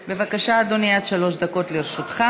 בבקשה, אדוני, עד שלוש דקות לרשותך.